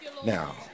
Now